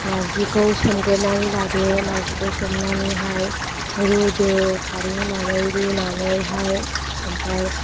नार्जिखौ सोमग्रोनानै लादो नार्जिखौ सोमनानैहाय रुदो खारै होनानै रुनानैहाय ओमफ्राय